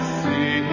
see